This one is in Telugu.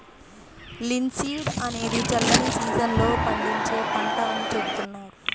లిన్సీడ్ అనేది చల్లని సీజన్ లో పండించే పంట అని చెబుతున్నారు